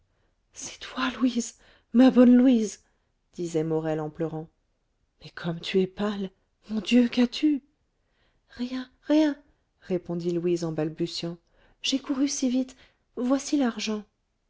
c'est toi louise ma bonne louise disait morel en pleurant mais comme tu es pâle mon dieu qu'as-tu rien rien répondit louise en balbutiant j'ai couru si vite voici l'argent